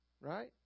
Right